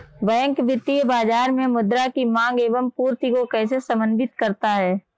Bank वित्तीय बाजार में मुद्रा की माँग एवं पूर्ति को कैसे समन्वित करता है?